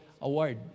Award